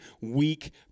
weak